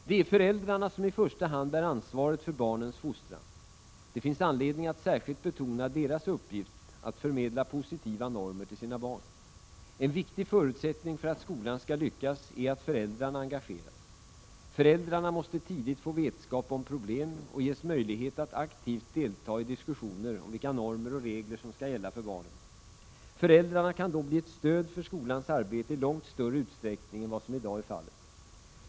Det är föräldrarna som i första hand bär ansvaret för barnens fostran. Det finns anledning att särskilt betona deras uppgift att förmedla positiva normer till sina barn. En viktig förutsättning för att skolan skall lyckas är att föräldrarna engageras. Föräldrarna måste tidigt få vetskap om problem och ges möjlighet att aktivt delta i diskussioner om vilka normer och regler som skall gälla för barnen. Föräldrarna kan då bli ett stöd för skolans arbete i långt större utsträckning än vad som i dag är fallet.